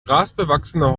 grasbewachsene